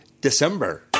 December